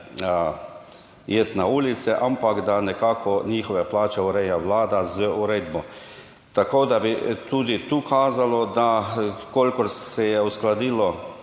na ulice, ampak da nekako njihove plače ureja Vlada z uredbo, tako da bi tudi tu kazalo, da v kolikor se je uskladilo